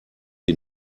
die